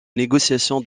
négociation